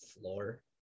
floor